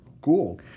Cool